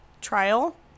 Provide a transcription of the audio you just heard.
trial